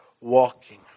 walking